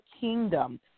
kingdom